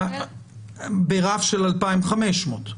השעה 11:45,